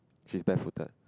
she is bare footed